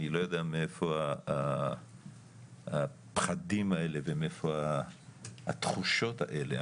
אני לא יודע מאיפה הפחדים האלה ומאיפה התחושות האלה,